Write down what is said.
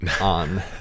on